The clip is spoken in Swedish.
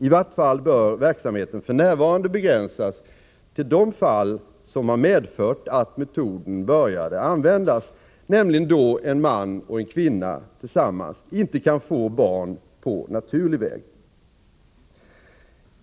I vart fall bör verksamheten f.n. begränsas till de fall som har medfört att metoden har börjat användas, nämligen då en man och en kvinna tillsammans inte kan få barn på naturlig väg.